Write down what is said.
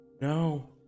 no